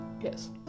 Yes